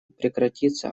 прекратиться